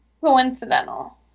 Coincidental